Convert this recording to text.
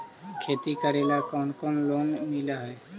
खेती करेला कौन कौन लोन मिल हइ?